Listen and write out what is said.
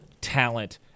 talent